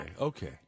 Okay